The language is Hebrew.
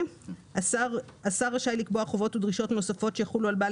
השר רשאי לקבוע חובות ודרישות נוספות שיחולו על בעל